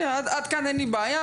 עד כאן אין לי בעיה,